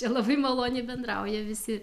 čia labai maloniai bendrauja visi